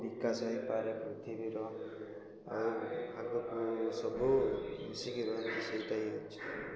ବିକାଶ ହେଇପାରେ ପୃଥିବୀର ଆଉ ଆଗକୁ ସବୁ ମିଶିକି ରୁହନ୍ତି ସେଇଟା ହିଁ ଅଛି